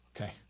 Okay